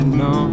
no